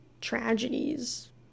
tragedies